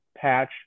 patch